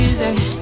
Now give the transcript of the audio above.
easy